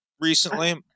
recently